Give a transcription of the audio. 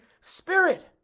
Spirit